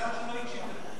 מזל שהוא לא הקשיב לך.